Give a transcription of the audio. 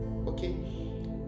Okay